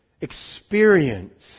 experience